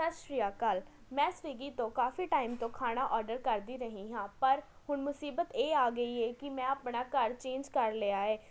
ਸਤਿ ਸ਼੍ਰੀ ਅਕਾਲ ਮੈਂ ਸਵੀਗੀ ਤੋਂ ਕਾਫ਼ੀ ਟਾਇਮ ਤੋਂ ਖਾਣਾ ਔਡਰ ਕਰਦੀ ਰਹੀ ਹਾਂ ਪਰ ਹੁਣ ਮੁਸੀਬਤ ਇਹ ਆ ਗਈ ਏ ਕਿ ਮੈਂ ਆਪਣਾ ਘਰ ਚੇਂਜ ਕਰ ਲਿਆ ਏ